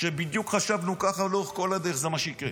שחשבנו בדיוק ככה, לאורך כל הדרך, שזה מה שיקרה.